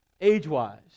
age-wise